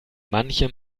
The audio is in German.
manchem